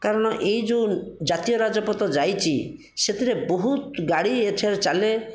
କାରଣ ଏହି ଯେଉଁ ଜାତୀୟ ରାଜପଥ ଯାଇଛି ସେଥିରେ ବହୁତ ଗାଡ଼ି ଏଠାରେ ଚାଲେ